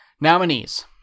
nominees